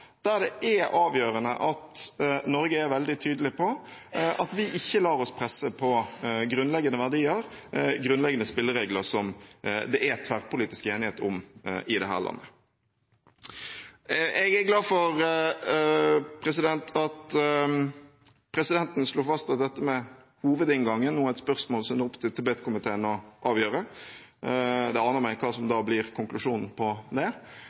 der det er avgjørende at Norge er veldig tydelig på at vi ikke lar oss presse på grunnleggende verdier og grunnleggende spilleregler som det er tverrpolitisk enighet om i dette landet. Jeg er glad for at presidenten slo fast at dette med hovedinngangen nå er et spørsmål som det er opp til Tibet-komiteen å avgjøre. Det aner meg hva som da blir konklusjonen på det.